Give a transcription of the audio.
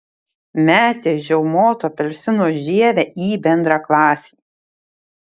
metė žiaumoto apelsino žievę į bendraklasį